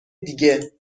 دیگه